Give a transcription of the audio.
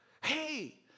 hey